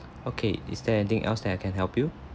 okay is there anything else that I can help you